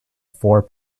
four